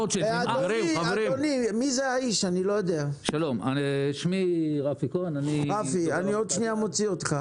רפי, עוד שנייה אני מוציא אותך.